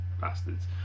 bastards